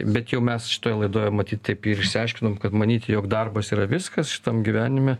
bet jau mes šitoje laidoje matyt taip ir išsiaiškinom kad manyti jog darbas yra viskas šitam gyvenime